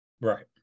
Right